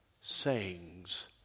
sayings